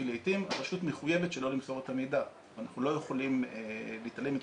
כי לעתים הרשות מחויבת שלא למסור את המידע ואנחנו לא יכולים להתעלם מכך.